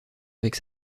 avec